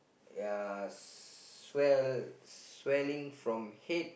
ya swell swelling from head